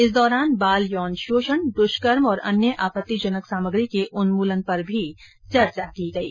इस दौरान बाल यौन शोषण दुष्कर्म और अन्य आपत्तिजनक सामग्री के उन्मूलन पर भी चर्चा की गयी